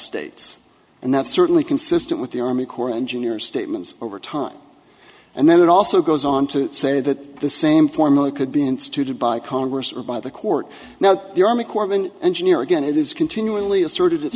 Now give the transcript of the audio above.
states and that's certainly consistent with the army corps of engineers statements over time and then it also goes on to say that the same formula could be instituted by congress or by the court now the army corps of engineer again it is continually assert